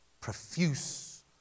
profuse